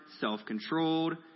self-controlled